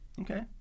Okay